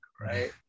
Right